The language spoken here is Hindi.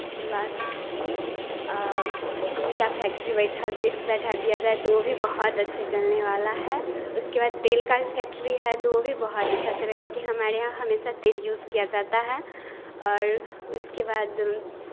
उसके बाद औ चीनी का फैक्ट्री बैठा दिया जाए तो वो भी बहुत अच्छा चलने वाला है उसके बाद तेल का भी फैक्ट्री है तो वो भी बहुअच्छा चलेगा कि हमारे यहाँ हमेशा ही तेल यूज़ किया जाता है और उसके बाद